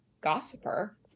gossiper